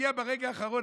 מגיע הרגע האחרון,